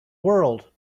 world